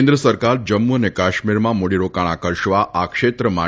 કેન્દ્ર સરકાર જમ્મુ અને કાશ્મીરમાં મુડી રોકાણ આકર્ષવા આ ક્ષેત્ર માટે